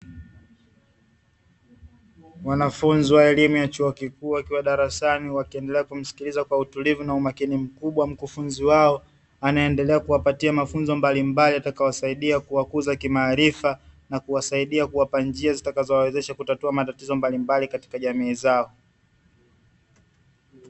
Wanafunzi wa elimu ya chuo kikuu, wakiwa darasani wakiendelea kumsikiliza kwa utulivu na umakini mkubwa mkufunzi wao, anayeendelea kuwapatia mafunzo mbalimbali yatakayowasaidia kuwakuza kimaarifa, na kuwasaidia kuwapa njia zitakazowawezesha kutatua matatizo mbalimbali katika jamii zao.